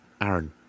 Aaron